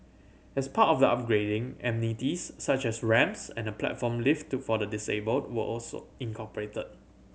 as part of the upgrading amenities such as ramps and a platform lift for the disabled were also incorporated